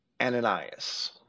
ananias